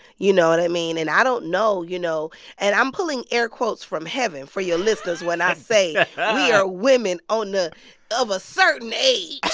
you know what i mean? and i don't know, you know and i'm pulling air quotes from heaven for your listeners. when i say we are women on the of a certain age.